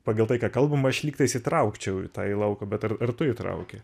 pagal tai ką kalbam aš lyg tais įtraukčiau į tą į lauką bet ar ar tu įtrauki